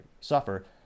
suffer